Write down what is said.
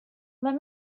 let